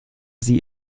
sie